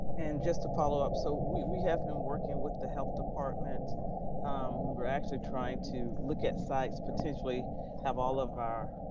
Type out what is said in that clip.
and just to follow up. so we we have been working with the health department we were actually trying to look at sites, potentially have all of our